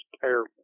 terrible